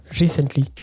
recently